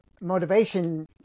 motivation